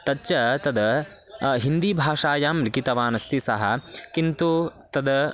तच्च तद् हिन्दीभाषायां लिखितवान् अस्ति सः किन्तु तद्